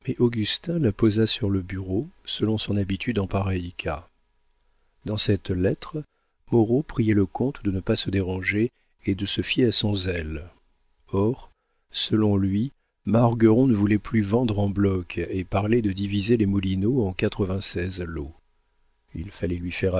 augustin la posa sur le bureau selon son habitude en pareil cas dans cette lettre moreau priait le comte de ne pas se déranger et de se fier à son zèle or selon lui margueron ne voulait plus vendre en bloc et parlait de diviser les moulineaux en quatre-vingt-seize lots il fallait lui faire